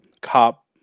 cop